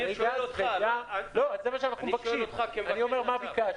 אני אומר מה ביקשנו.